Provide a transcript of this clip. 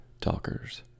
Talkers